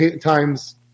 times